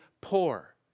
poor